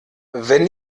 wenn